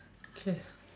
K